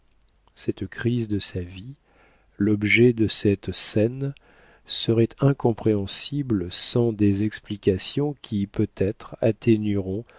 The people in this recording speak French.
cette crise de sa vie l'objet de cette scène serait incompréhensible sans des explications qui peut-être atténueront